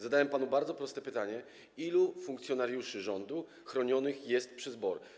Zadałem panu bardzo proste pytanie: Ilu funkcjonariuszy rządu chronionych jest przez BOR?